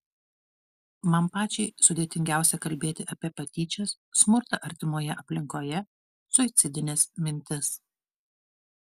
man pačiai sudėtingiausia kalbėti apie patyčias smurtą artimoje aplinkoje suicidines mintis